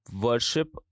worship